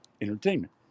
entertainment